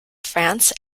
france